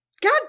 God